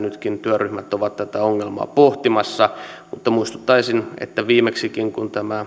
nytkin työryhmät ovat tätä ongelmaa pohtimassa mutta muistuttaisin että viimeksikin kun tämä